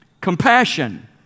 Compassion